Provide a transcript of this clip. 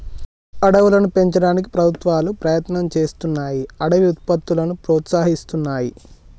అడవులను పెంచడానికి ప్రభుత్వాలు ప్రయత్నం చేస్తున్నాయ్ అడవి ఉత్పత్తులను ప్రోత్సహిస్తున్నాయి